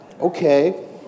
okay